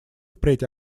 впредь